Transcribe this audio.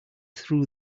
threw